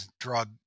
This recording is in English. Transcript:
drug